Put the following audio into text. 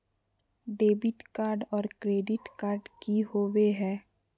Debit card और credit card की होवे हय?